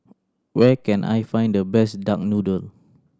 where can I find the best duck noodle